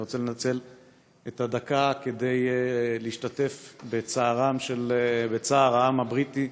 אני רוצה לנצל את הדקה כדי להשתתף בצער העם הבריטי